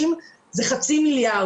של חצי מיליארד.